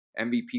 MVP